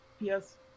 Yes